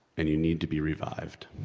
and you need to be revived.